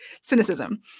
cynicism